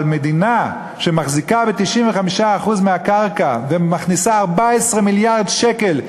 אבל מדינה שמחזיקה ב-95% מהקרקע ומכניסה 14 מיליארד שקל,